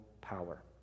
power